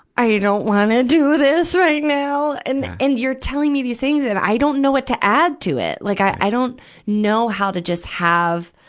i don't wanna do this right now! now! and, and you're telling me these things and i don't know what to add to it. like i, i don't know how to just have,